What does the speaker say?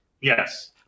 Yes